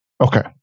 Okay